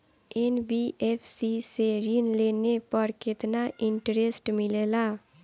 NBFC से ऋण लेने पर केतना इंटरेस्ट मिलेला?